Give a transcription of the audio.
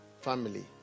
family